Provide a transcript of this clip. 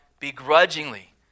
begrudgingly